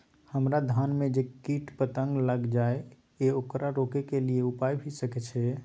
हमरा धान में जे कीट पतंग लैग जाय ये ओकरा रोके के कि उपाय भी सके छै?